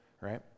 right